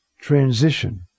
transition